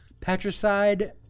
patricide